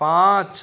पाँच